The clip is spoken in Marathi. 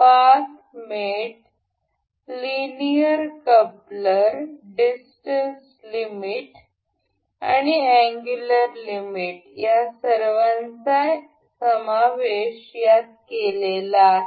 path met linear coupler distance limit आणि अँगुलर लिमिट या सर्वांचा समावेश यात केलेला आहे